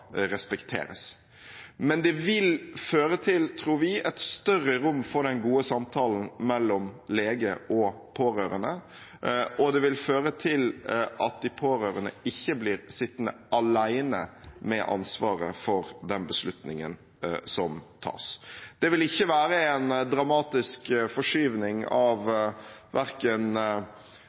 respekteres. Men det vil føre til – tror vi – et større rom for den gode samtalen mellom lege og pårørende, og det vil føre til at de pårørende ikke blir sittende alene med ansvaret for den beslutningen som skal tas. Det vil ikke være en dramatisk forskyvning av